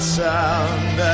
sound